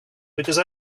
because